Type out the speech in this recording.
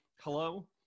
hello